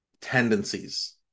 tendencies